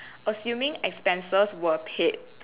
assuming expenses were paid